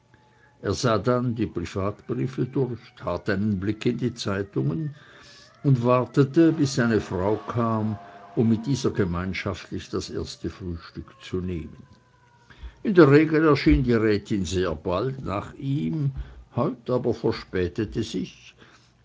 er sah dann die privatbriefe durch tat einen blick in die zeitungen und wartete bis seine frau kam um mit dieser gemeinschaftlich das erste frühstück zu nehmen in der regel erschien die rätin sehr bald nach ihm heut aber verspätete sie sich